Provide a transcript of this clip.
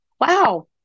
Wow